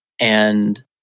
And-